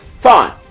fine